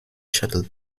shuttle